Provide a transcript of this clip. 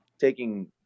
taking